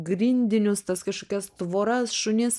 grindinius tas kažkokias tvoras šunis